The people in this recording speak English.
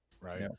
right